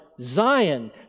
Zion